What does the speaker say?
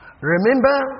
Remember